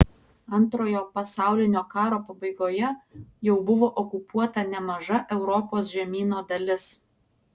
antrojo pasaulinio karo pabaigoje jau buvo okupuota nemaža europos žemyno dalis